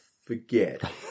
forget